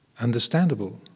understandable